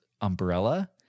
umbrella